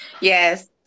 yes